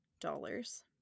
dollars